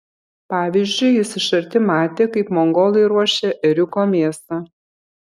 pavyzdžiui jis iš arti matė kaip mongolai ruošia ėriuko mėsą